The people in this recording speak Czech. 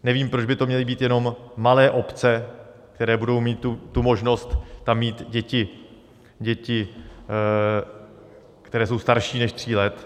Nevím, proč by to měly být jenom malé obce, které budou mít možnost tam mít děti, které jsou starší tří let.